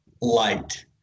light